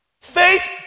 Faith